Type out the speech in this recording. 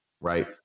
right